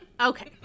okay